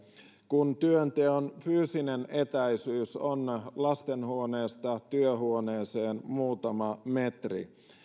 kun työnteon fyysinen etäisyys on lastenhuoneesta työhuoneeseen muutama metri